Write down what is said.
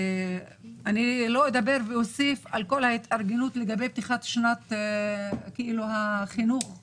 ואני לא אוסיף לדבר על כל ההתארגנות לגבי פתיחת שנת החינוך במעונות,